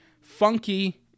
funky